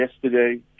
yesterday